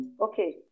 Okay